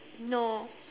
no